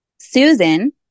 Susan